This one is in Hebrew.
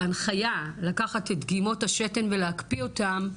בהנחיה, לקחת את דגימות השתן ולהקפיא אותם,